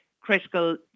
critical